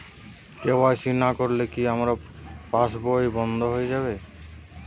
KYC না করলে কি আমার পাশ বই বন্ধ হয়ে যাবে?